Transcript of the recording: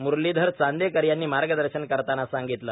म्रलीधर चांदेकर यांनी मार्गदर्शन करतांना सांगितले